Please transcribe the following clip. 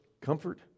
comfort